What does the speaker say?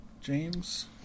James